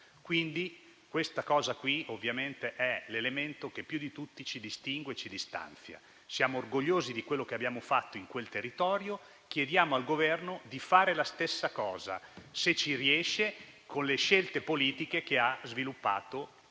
prima del terremoto. Questo è l'elemento che più di tutti ci distingue e ci distanzia. Siamo orgogliosi di quello che abbiamo fatto in quel territorio; chiediamo al Governo di fare la stessa cosa, se ci riesce, con le scelte politiche che noi non